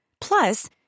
Plus